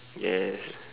yes